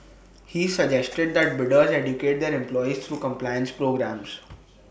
he suggested that bidders educate their employees through compliance programmes